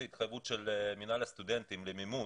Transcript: ההתחייבות של מינהל הסטודנטים למימון,